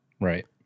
Right